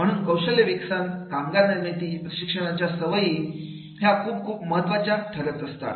म्हणून कौशल्य विकसन कामगार निर्मिती प्रशिक्षणाच्या सवयी क्या खूप खूप महत्त्वाच्या ठरत असतात